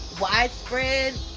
widespread